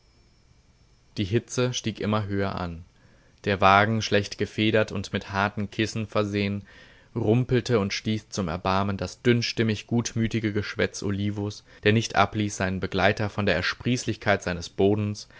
die hitze stieg immer höher an der wagen schlecht gefedert und mit harten kissen versehn rumpelte und stieß zum erbarmen das dünnstimmig gutmütige geschwätz olivos der nicht abließ seinen begleiter von der ersprießlichkeit seines bodens